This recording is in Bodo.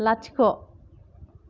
लाथिख'